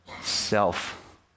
self